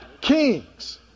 Kings